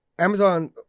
Amazon